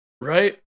right